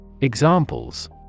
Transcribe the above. Examples